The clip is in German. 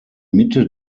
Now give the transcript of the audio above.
mitte